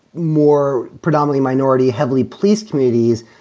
more predominately minority, heavily police communities.